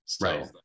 right